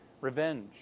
revenge